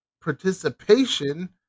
participation